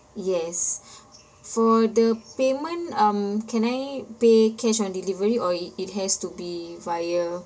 yes for the payment um can I pay cash on delivery or it it has to be via